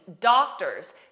doctors